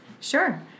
Sure